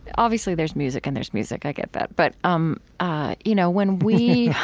obviously, there's music and there's music. i get that. but um ah you know when we,